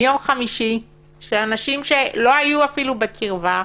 מיום חמישי, של אנשים שלא היו אפילו בקרבה,